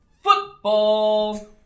football